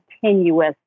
continuous